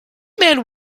man